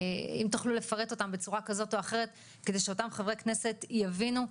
אם תוכלו לפרט אותם בצורה כזאת או אחרת כדי שחברי הכנסת יבינו.